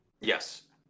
Yes